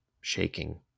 shaking